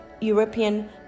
European